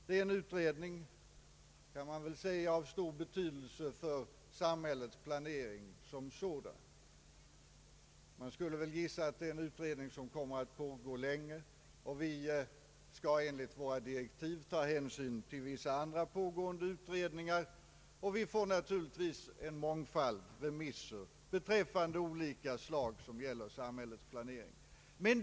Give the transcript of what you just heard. Det är en utredning, kan man väl säga, av stor betydelse för samhällsplaneringen som sådan. Jag kan gissa att det är en utredning som kommer att pågå länge. Vi skall enligt våra direktiv ta hänsyn till vissa andra pågående utredningar, och vi får naturligtvis en mångfald remisser av olika slag gällande samhällets planering.